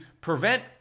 prevent